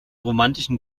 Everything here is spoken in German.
romantischen